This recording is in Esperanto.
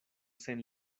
sen